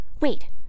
Wait